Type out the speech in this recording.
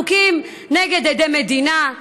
חוקים נגד עדי מדינה.